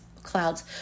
clouds